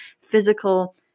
physical